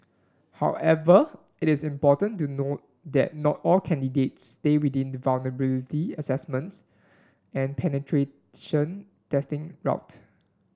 however it is important to note that not all candidates stay within the vulnerability assessment and penetration testing route